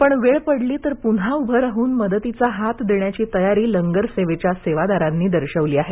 पण वेळ पडली तर पुन्हा उभे राहून मदतीचा हात देण्याची तयारी लंगर सेवेच्या सेवादारांनी दर्शवली आहे